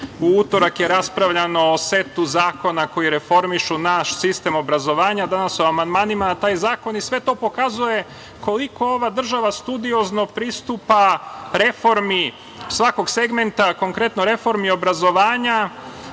U utorak je raspravljano o setu zakona koji reformišu naš sistem obrazovanja, danas o amandmanima, a sve to pokazuje koliko ova država studiozno pristupa reformi svakog segmenta, konkretno reformi obrazovanja. Znači,